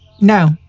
No